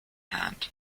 hand